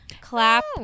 Clap